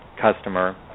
customer